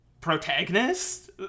protagonist